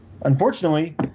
Unfortunately